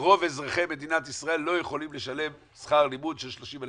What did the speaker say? שרוב אזרחי מדינת ישראל לא יכולים לשלם שכר לימוד של 30,000